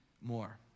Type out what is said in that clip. more